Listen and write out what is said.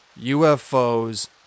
UFOs